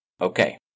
Okay